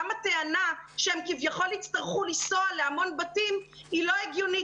גם הטענה שהן כביכול יצטרכו לנסוע להמון בתים היא לא הגיונית,